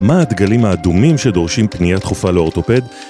מה הדגלים האדומים שדורשים פניית דחופה לאורתופד?